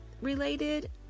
related